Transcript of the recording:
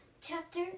Chapter